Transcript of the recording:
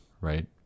right